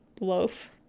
loaf